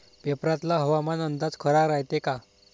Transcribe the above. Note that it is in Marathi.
पेपरातला हवामान अंदाज खरा रायते का?